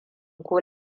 ko